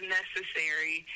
necessary